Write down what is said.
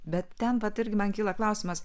bet ten vat irgi man kyla klausimas